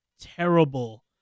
terrible